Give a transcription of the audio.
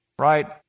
right